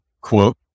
quote